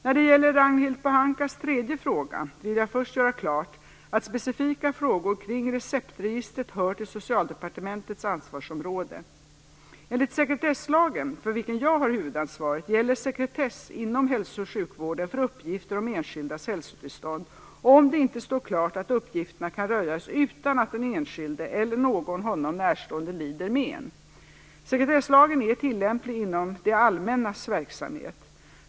När det gäller Ragnhild Pohankas tredje fråga vill jag först göra klart att specifika frågor kring receptregistret hör till Socialdepartementets ansvarsområde. Enligt sekretesslagen, för vilken jag har huvudansvaret, gäller sekretess inom hälso och sjukvården för uppgifter om enskildas hälsotillstånd, om det inte står klart att uppgifterna kan röjas utan att den enskilde eller någon honom närstående lider men. Sekretesslagen är tillämplig inom det allmännas verksamhet.